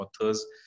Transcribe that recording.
authors